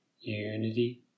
unity